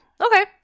Okay